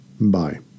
Bye